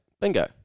Bingo